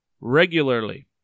regularly